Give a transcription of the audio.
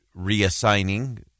reassigning